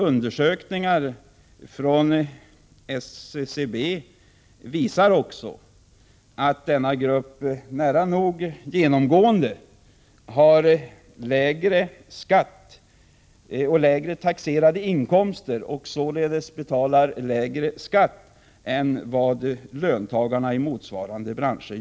Undersökningar från SCB visar också att denna grupp nära nog genomgående har lägre taxerade inkomster och således betalar lägre skatt än löntagarna i motsvarande branscher.